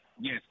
Yes